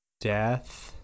death